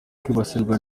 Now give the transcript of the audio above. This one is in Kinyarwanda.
kwibasirwa